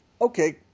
okay